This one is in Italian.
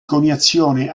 coniazione